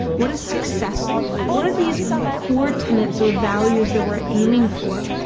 what does success look like? what are these core tenets or values that we're aiming for,